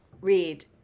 read